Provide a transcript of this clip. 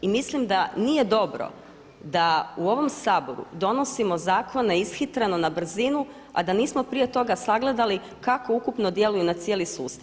I mislim da nije dobro da u ovom Saboru donosimo zakone ishitreno, na brzinu, a da nismo prije toga sagledali kako ukupno djeluju na cijeli sustav.